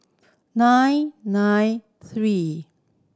nine nine three